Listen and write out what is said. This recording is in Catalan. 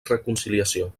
reconciliació